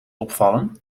opvallen